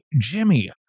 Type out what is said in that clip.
Jimmy